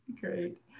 great